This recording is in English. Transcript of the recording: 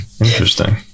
Interesting